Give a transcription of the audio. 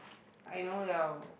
I know [liao]